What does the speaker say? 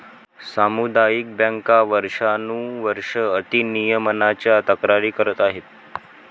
सामुदायिक बँका वर्षानुवर्षे अति नियमनाच्या तक्रारी करत आहेत